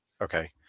Okay